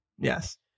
Yes